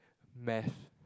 math